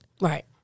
Right